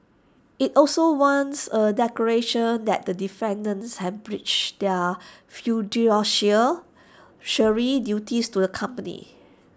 IT also wants A declaration that the defendants have breached their fiduciary duties to the company